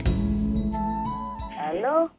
Hello